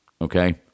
Okay